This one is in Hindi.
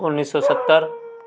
उन्नीस सौ सत्तर